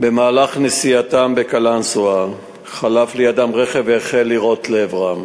במהלך נסיעתם בקלנסואה חלף לידם רכב והחל לירות לעברם.